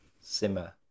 Simmer